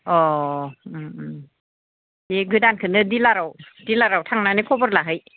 अह उम उम दे गोदानखौनो दिलाराव दिलाराव थांनानै खबर लाहै